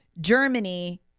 Germany